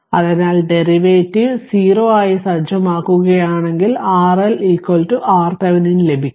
അതിനാൽ ഡെറിവേറ്റീവ് 0 ആയി സജ്ജമാക്കുകയാണെങ്കിൽ RL RThevenin ലഭിക്കും